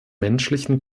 menschlichen